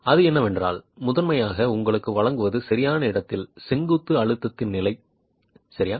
அது என்னவென்றால் முதன்மையாக உங்களுக்கு வழங்குவது சரியான இடத்தில் செங்குத்து அழுத்தத்தின் நிலை சரியா